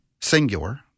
singular